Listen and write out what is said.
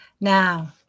Now